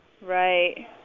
right